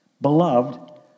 Beloved